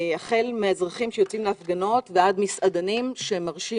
החל מן האזרחים שיוצאים להפגנות ועד מסעדנים שמרשים